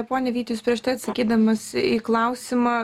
pone vyti jūs prieš tai atsakydamas į klausimą